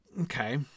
okay